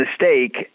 mistake